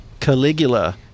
Caligula